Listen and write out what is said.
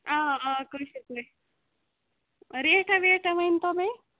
آ آ کٲشِر پٲٹھۍ ریٹھا ویٹھا ؤنۍتو بیٚیہِ